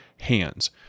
hands